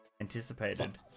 anticipated